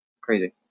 Crazy